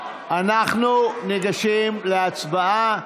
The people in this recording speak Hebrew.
אנחנו ניגשים להצבעה.